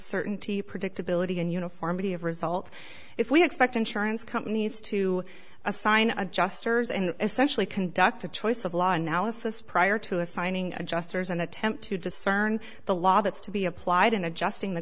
certainty predictability and uniformity of result if we expect insurance companies to assign adjusters and essentially conduct a choice of law analysis prior to assigning adjusters and attempt to discern the law that's to be applied in adjusting t